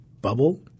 bubble